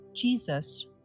Jesus